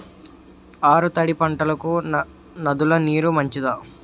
ఆరు తడి పంటలకు నదుల నీరు మంచిదా?